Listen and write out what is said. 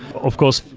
of course,